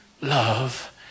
love